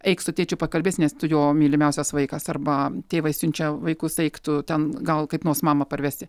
eik su tėčiu pakalbėsi nes tu jo mylimiausias vaikas arba tėvai siunčia vaikus eik tu ten gal kaip nors mamą parvesi